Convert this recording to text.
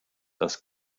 das